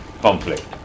conflict